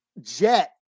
Jet